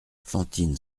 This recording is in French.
fantine